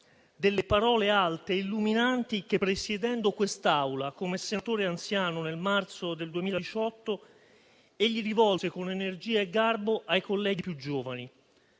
delle parole alte e illuminanti che, presiedendo quest'Assemblea come senatore anziano nel marzo 2018, egli rivolse con energia e garbo ai colleghi più giovani.